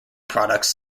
products